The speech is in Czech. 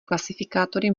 klasifikátory